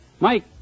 Mike